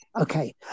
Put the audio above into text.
okay